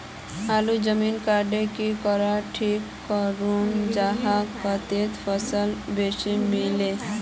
आलूर जमीन कुंडा की करे ठीक करूम जाहा लात्तिर फल बेसी मिले?